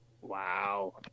Wow